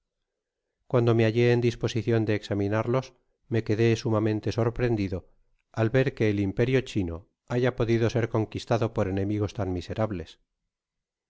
cuando me hallé en disposicion de examinarles me quedé sumamente sorprendido al ver que el imperio chino haya podido ser conquistado por enemigos tan miserables